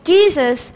Jesus